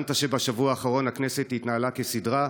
טענת שבשבוע האחרון הכנסת התנהלה כסדרה,